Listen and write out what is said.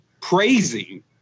praising